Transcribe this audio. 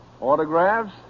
Autographs